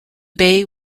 bay